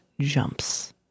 jumps